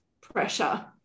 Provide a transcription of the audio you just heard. pressure